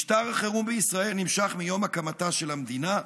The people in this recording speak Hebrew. משטר החירום בישראל נמשך מיום הקמתה של המדינה.